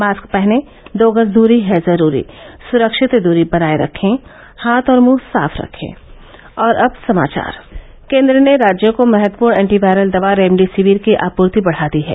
mask पहनें दो गज दूरी है जरूरी सुरक्षित दूरी बनाये रखें हाथ और मुंह साफ रखें केन्द्र ने राज्यों को महत्वपूर्ण एंटीवायरल दवा रेमडेसिविर की आप्र्ति बढ़ा दी है